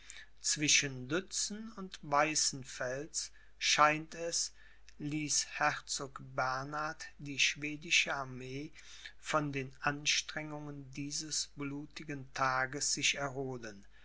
zwischen lützen und weißenfels scheint es ließ herzog bernhard die schwedische armee von den anstrengungen dieses blutigen tages sich erholen